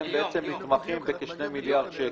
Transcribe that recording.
הם בעצם נתמכים בכשני מיליארד שקלים.